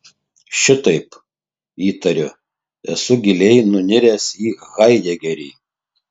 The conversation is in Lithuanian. šitaip įtariu esu giliai nuniręs į haidegerį